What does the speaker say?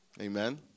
Amen